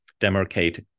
demarcate